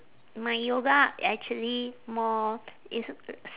my yoga actually more it's a s~